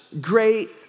great